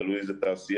תלוי איזו תעשייה,